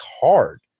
hard